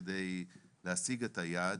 על מנת להשיג את היעד,